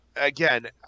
Again